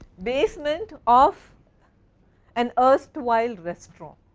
basement of an erstwhile rest room.